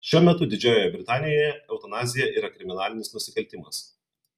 šiuo metu didžiojoje britanijoje eutanazija yra kriminalinis nusikaltimas